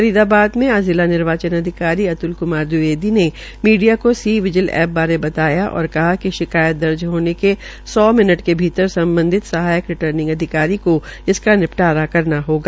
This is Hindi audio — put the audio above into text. फरीदाबाद में आज जिला निर्वाचन अधिकारी अत्ल कुमार दविवेदी ने मीडिया को सी विजिल एप्प बारे बताया और कहा कि शिकायत दर्ज होने के सौ मिनट के भीतर सम्बधित सहायक रिर्टानिंग अधिकारी को इसका निपटारा करना होगा